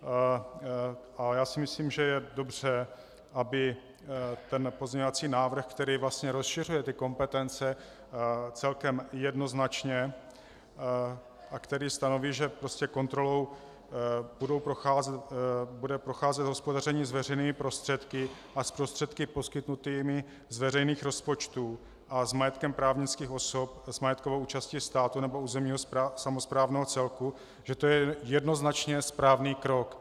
A já si myslím, že je dobře, aby ten pozměňovací návrh, který vlastně rozšiřuje ty kompetence celkem jednoznačně a který stanoví, že prostě kontrolou bude procházet hospodaření s veřejnými prostředky a s prostředky poskytnutými z veřejných rozpočtů a s majetkem právnických osob s majetkovou účastí státu nebo územně samosprávného celku, že to je jednoznačně správný krok.